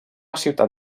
ciutat